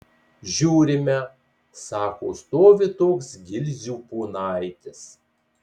žiūrime sako stovi toks gilzių ponaitis